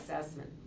assessment